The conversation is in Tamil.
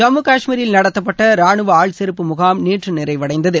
ஜம்மு காஷ்மீரில் நடத்தப்பட்ட ராணுவ ஆள்சேர்ப்பு முகாம் நேற்று நிறைவடைந்தது